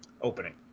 opening